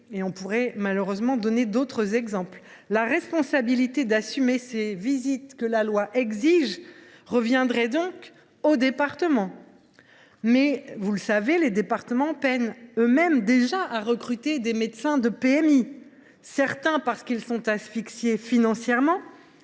et je pourrais malheureusement donner d’autres exemples de carence. La responsabilité d’assumer ces visites que la loi exige reviendrait donc au département si nous votions ce texte. Mais, vous le savez, les départements peinent eux mêmes déjà à recruter des médecins de PMI, certains parce qu’ils sont asphyxiés financièrement,